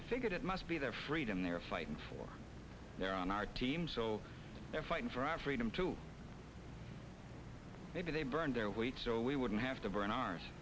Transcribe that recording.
i figured it must be their freedom they're fighting for their own our team so they're fighting for our freedom to maybe they burned their we wouldn't have to bring our